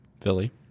philly